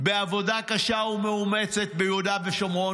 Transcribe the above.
בעבודה קשה ומאומצת ביהודה ושומרון,